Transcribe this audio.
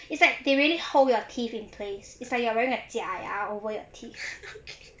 is like they really hold your teeth in place it's like you are wearing your 假牙 over your teeth